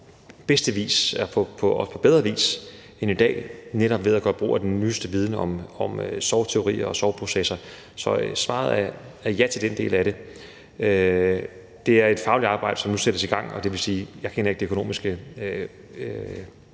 på bedste vis og på bedre vis end i dag kunne løfte den opgave netop ved at gøre brug af den nyeste viden om sorgteorier og sorgprocesser. Så til den del af det er svaret ja. Det er et fagligt arbejde, som nu sættes i gang, og det vil sige, at jeg ikke kender de økonomiske